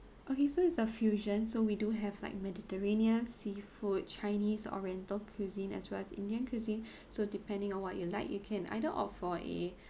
okay so is a fusion so we do have like mediterranean seafood chinese oriental cuisine as well as indian cuisine so depending on what you like you can either opt for a